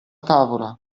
tavola